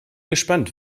gespannt